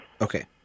Okay